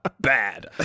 Bad